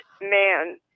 man